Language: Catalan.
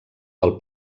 del